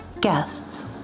guests